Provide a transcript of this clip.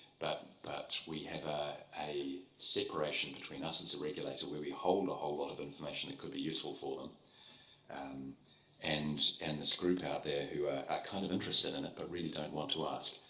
but we have ah a separation between us as a regulator, where we hold a whole lot of information that could be useful for them and and and this group out there who are kind of interested in it but really don't want to ask.